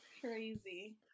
Crazy